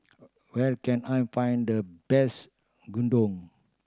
where can I find the best Gyudon